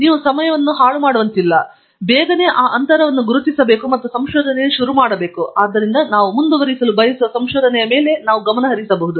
ಮತ್ತು ನಾವು ಬೇಗನೆ ಅಂತರವನ್ನು ಗುರುತಿಸಬೇಕು ಆದ್ದರಿಂದ ನಾವು ಮುಂದುವರಿಸಲು ಬಯಸುವ ಸಂಶೋಧನೆಯ ಮೇಲೆ ನಾವು ಗಮನಹರಿಸಬಹುದು